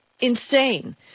insane